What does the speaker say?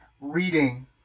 reading